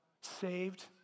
saved